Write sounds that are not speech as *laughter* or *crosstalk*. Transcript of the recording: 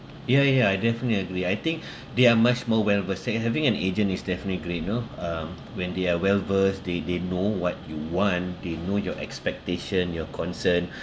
ya ya ya I definitely agree I think *breath* they are much more well versed say having an agent is definitely great you know um when they are well versed they they know what you want they know your expectation your concern